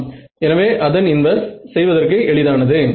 இது வழக்கமான RF மின்சுற்றுடன் பொருத்துவதற்கு எளிதானது